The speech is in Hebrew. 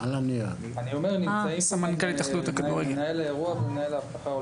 נמצאים כאן מנהל האירוע ומנהל האבטחה,